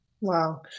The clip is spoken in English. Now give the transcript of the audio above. Wow